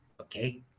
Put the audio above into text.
okay